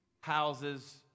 houses